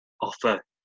offer